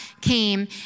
came